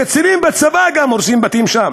לקצינים בצבא גם הורסים בתים שם.